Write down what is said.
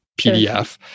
PDF